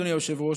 אדוני היושב-ראש,